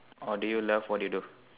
or do you love what you do